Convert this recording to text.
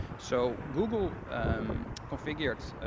so google configures